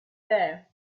there